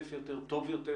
שוטף יותר, טוב יותר